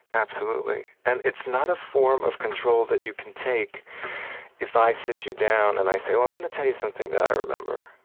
absolutely. and it's not a form of control that you can take if i sit you down and i say, well, i want to tell you something that i remember.